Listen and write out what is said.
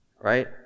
Right